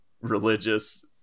religious